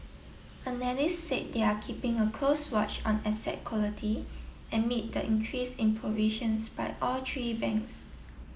analysts said they are keeping a close watch on asset quality amid the increase in provisions by all three banks